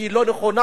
היא לא נכונה.